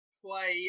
play